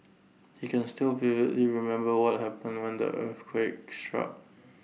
he can still vividly remember what happened when the earthquake struck